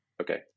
okay